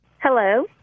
Hello